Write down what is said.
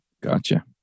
Gotcha